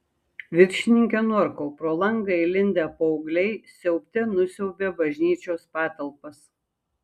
viršininke norkau pro langą įlindę paaugliai siaubte nusiaubė bažnyčios patalpas